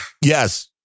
Yes